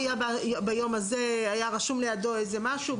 ביום הזה היה רשום לידו איזה משהו,